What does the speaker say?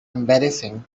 embarrassing